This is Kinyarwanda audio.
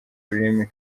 rurimi